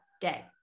day